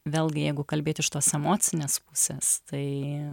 vėlgi jeigu kalbėt iš tos emocinės pusės tai